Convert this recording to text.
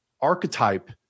archetype